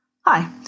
Hi